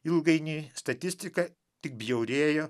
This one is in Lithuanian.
ilgainiui statistika tik bjaurėjo